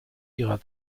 ihrer